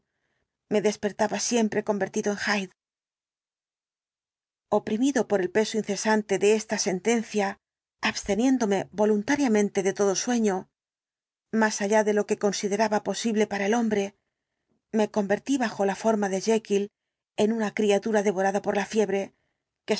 me despertaba siempre convertido en hyde oprimido por el peso incesante de esta sentencia absteniéndome voluntariamente de todo sueño más explicación completa del caso allá de lo que consideraba posible para el hombre me convertí bajo la forma de jekyll en una criatura devorada por la fiebre